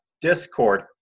Discord